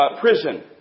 prison